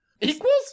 Equals